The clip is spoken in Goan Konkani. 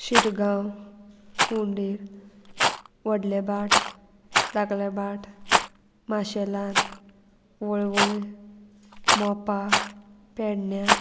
शिरगांव हुंडेर व्हडले भाट दागलेभाट माशेलान वळवय मोपा पेडण्यां